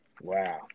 Wow